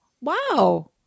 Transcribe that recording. wow